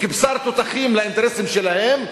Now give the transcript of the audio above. כבשר תותחים לאינטרסים שלהם,